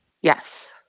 Yes